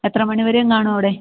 എത്ര മണി വരെ കാണും അവിടെ